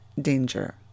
danger